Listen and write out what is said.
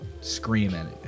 screaming